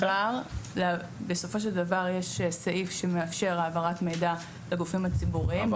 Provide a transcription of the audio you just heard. מ1: בסופו של דבר יש סעיף שמאפשר העברת מידע לגופים הציבוריים.